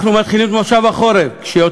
אנחנו מתחילים היום את מושב החורף כשיותר